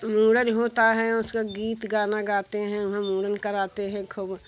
मुरन होता है उसका गीत गाना गाते हैं हम मुंडन कराते हैं खूब